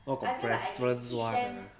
!wah! got preference [one] ah